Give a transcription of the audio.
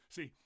See